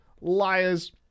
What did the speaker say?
Liars